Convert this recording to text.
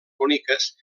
boniques